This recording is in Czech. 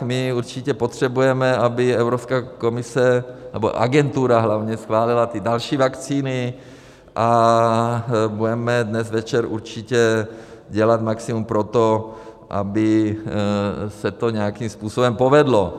My určitě potřebujeme, aby Evropská komise, nebo agentura hlavně schválila ty další vakcíny, a budeme dnes večer určitě dělat maximum pro to, aby se to nějakým způsobem povedlo.